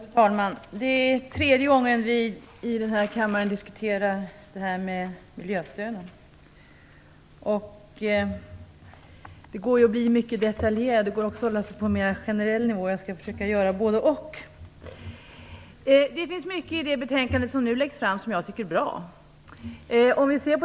Fru talman! Det är tredje gången vi i denna kammare diskuterar miljöstöden. Det går att bli mycket detaljerad, och det går också att hålla sig på en mera generell nivå. Jag skall försöka göra både och. Det finns mycket i det betänkande som nu läggs fram som jag tycker är bra.